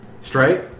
Straight